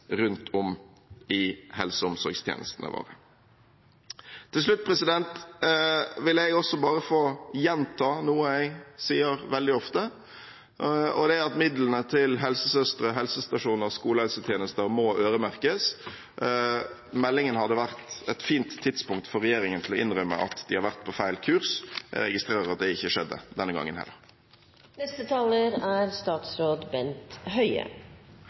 rundt om i helse- og omsorgstjenestene våre. Til slutt vil jeg bare få gjenta noe jeg sier veldig ofte, og det er at midlene til helsesøstre, helsestasjoner og skolehelsetjeneste må øremerkes. Meldingen hadde vært et fint tidspunkt for regjeringen til å innrømme at de har vært på feil kurs. Jeg registrerer at det ikke skjedde denne gangen heller. Det er